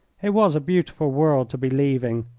it was a beautiful world to be leaving.